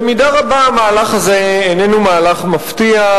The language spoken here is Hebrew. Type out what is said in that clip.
במידה רבה המהלך הזה איננו מהלך מפתיע,